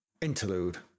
interlude